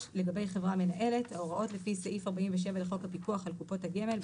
לגבי חברה מנהלת ההוראות לפי סעיף 47 לחוק הפיקוח על גופות הגמל,